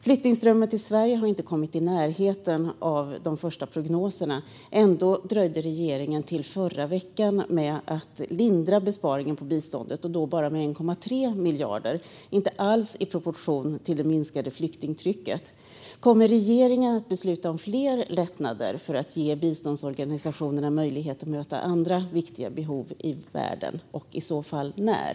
Flyktingströmmen till Sverige har inte kommit i närheten av de första prognoserna. Ändå dröjde regeringen ända till förra veckan med att lindra besparingen på biståndet, och då bara med 1,3 miljarder. Det står inte alls i proportion till det minskade flyktingtrycket. Kommer regeringen att besluta om fler lättnader för att ge biståndsorganisationerna möjlighet att möta andra viktiga behov i världen och i så fall när?